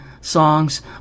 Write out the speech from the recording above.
songs